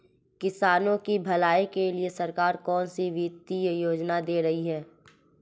किसानों की भलाई के लिए सरकार कौनसी वित्तीय योजना दे रही है?